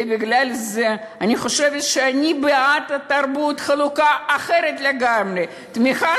ובגלל זה אני חושבת שאני בעד חלוקה אחרת לגמרי בתרבות ובתמיכה